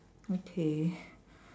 okay